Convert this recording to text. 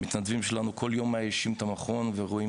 מתנדבים שלנו כל יום מאיישים את המכון ורואים